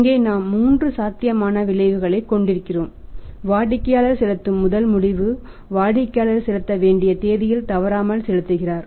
இங்கே நாம் மூன்று சாத்தியமான விளைவுகளைக் கொண்டிருக்கிறோம் வாடிக்கையாளர் செலுத்தும் முதல் முடிவு வாடிக்கையாளர் செலுத்த வேண்டிய தேதியில் தவறாமல் செலுத்துகிறார்